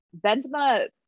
Benzema